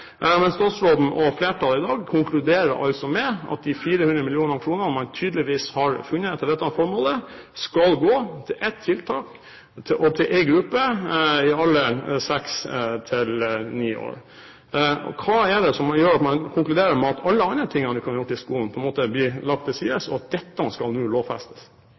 Men statsråden og flertallet i dag konkluderer altså med at de 400 mill. kr man tydeligvis har funnet til dette formålet, skal gå til ett tiltak og til én gruppe, i alderen seks–ni år. Hva er det som gjør at man konkluderer med at alle andre ting man kunne gjort i skolen, blir lagt til side, og at dette nå skal lovfestes?